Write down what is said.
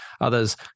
Others